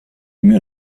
mio